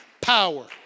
power